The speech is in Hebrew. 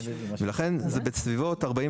לכן, זה בסביבות 45